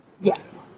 Yes